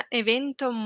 evento